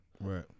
Right